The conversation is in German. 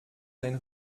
sein